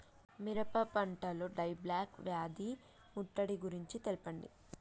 మిరప పంటలో die back వ్యాధి ముట్టడి గురించి తెల్పండి?